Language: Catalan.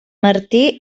martí